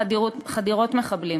חדירות מחבלים